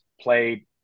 played